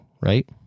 right